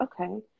Okay